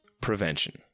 prevention